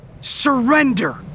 Surrender